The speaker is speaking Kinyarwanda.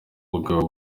bagabo